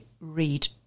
read